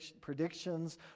predictions